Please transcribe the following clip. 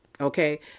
okay